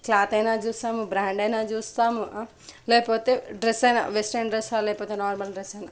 cloth అయినా చూస్తాము brand అయినా చూస్తాం లేకపోతే డ్రెస్ అయినా వెస్ట్రెన్ డ్రెస్సా లేకపోతే నార్మల్ డ్రెస్సా